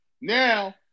Now